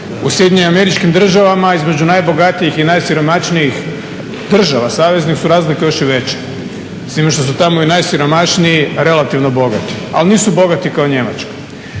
su normalne. U SAD-u između najbogatijih i najsiromašnijih država saveznih su razlike još i veće, s time što su tamo i najsiromašniji relativno bogati, ali nisu bogati kao Njemačka.